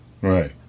Right